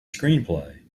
screenplay